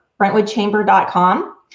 Brentwoodchamber.com